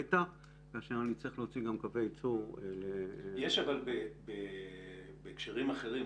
בטח כאשר אני צריך להוציא גם קווי ייצור --- יש אבל בהקשרים אחרים.